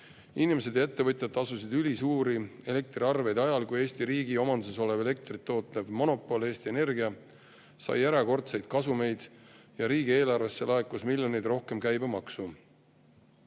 Inimesed ja ettevõtjad tasusid ülisuuri elektriarveid ajal, kui Eesti riigi omanduses olev elektrit tootev monopol Eesti Energia sai erakordseid kasumeid ja riigieelarvesse laekus miljonite eurode eest rohkem käibemaksu.